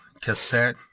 cassette